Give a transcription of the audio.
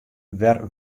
wer